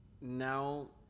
now